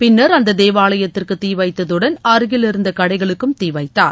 பின்னர் அந்த தேவாலயத்திற்கு தீ வைத்ததுடன் அருகிலிருந்த கடைகளுக்கும் தீ வைத்தார்